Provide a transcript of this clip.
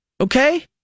Okay